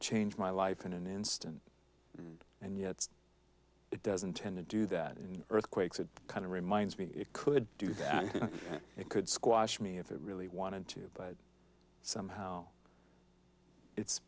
change my life in an instant and yet it doesn't tend to do that in earthquakes it kind of reminds me it could do that it could squash me if it really wanted to but somehow it's